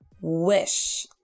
wish